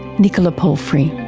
nicola palfrey.